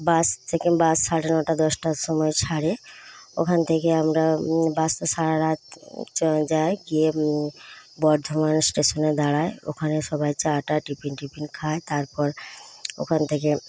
বাস থেকে বাস সারে নয়টা দশটার সময় ছাড়ে ওইখান থেকে আমরা বাস তো সারারাত যায় গিয়ে বর্ধমান স্টেশনে দাঁড়ায় ওখানে সবাই চা টা টিফিন টিফিন খায় তারপর ওখান থেকে